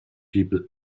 people